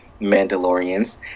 Mandalorians